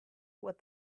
what